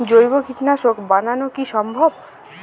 জৈব কীটনাশক বানানো কি সম্ভব?